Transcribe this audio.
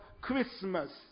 Christmas